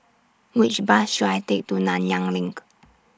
Which Bus should I Take to Nanyang LINK